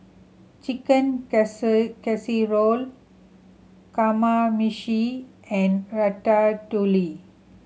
Chicken Casserole Kamameshi and Ratatouille